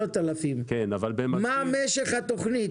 10,000. כן, אבל במקביל --- מה משך התוכנית?